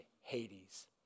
Hades